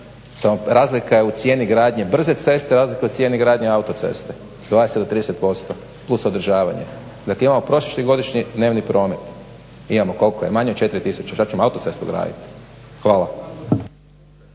razlika je u cijeni gradnje brze ceste, razlika je u cijeni gradnje autoceste 20 do 30% plus održavanje. Dakle, imamo prosječni godišnji dnevni promet, imamo koliko je manje od 4 tisuće, šta ćemo autocestu graditi. Hvala.